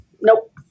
Nope